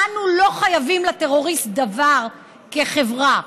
אנו לא חייבים לטרוריסט דבר כחברה.